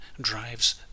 drives